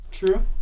True